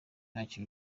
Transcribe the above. ntacyo